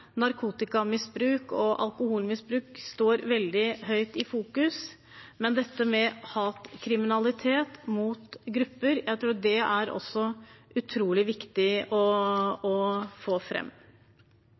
og alkoholmisbruk står høyt i fokus. Jeg tror hatkriminalitet mot grupper er utrolig viktig å